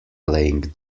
playing